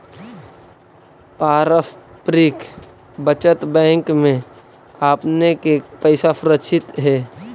पारस्परिक बचत बैंक में आपने के पैसा सुरक्षित हेअ